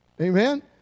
Amen